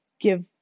give